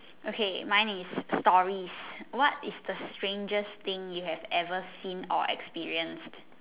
okay mine is stories what is the strangest thing you have ever seen or experience